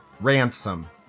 Ransom